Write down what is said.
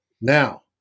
Now